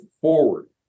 forward